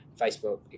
Facebook